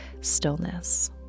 stillness